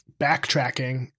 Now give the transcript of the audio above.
backtracking